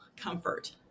comfort